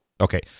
okay